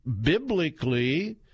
biblically